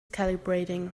calibrating